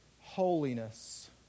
holiness